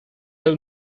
who